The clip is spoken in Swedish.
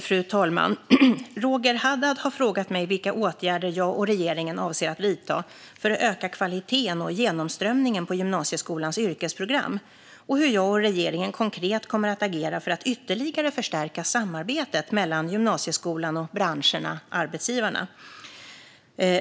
Fru talman! Roger Haddad har frågat mig vilka åtgärder jag och regeringen avser att vidta för att öka kvaliteten och genomströmningen på gymnasieskolans yrkesprogram och hur jag och regeringen konkret kommer att agera för att ytterligare förstärka samarbetet mellan gymnasieskolan och branscherna och arbetsgivarna.